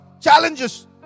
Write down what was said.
challenges